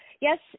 yes